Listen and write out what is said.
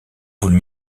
voulu